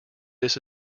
this